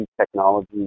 technology